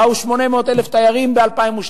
באו 800,000 תיירים ב-2002.